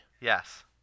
Yes